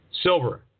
Silver